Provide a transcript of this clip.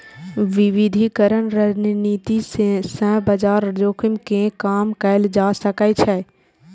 विविधीकरण रणनीति सं बाजार जोखिम कें कम कैल जा सकै छै